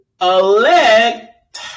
elect